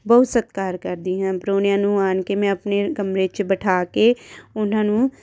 ਬਹੁਤ ਸਤਿਕਾਰ ਕਰਦੀ ਹਾਂ ਪ੍ਰਾਹੁਣਿਆਂ ਨੂੰ ਆਣ ਕੇ ਮੈਂ ਆਪਣੇ ਕਮਰੇ 'ਚ ਬਿਠਾ ਕੇ ਉਹਨਾਂ ਨੂੰ